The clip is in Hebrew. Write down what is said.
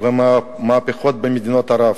ומהפכות במדינות ערב,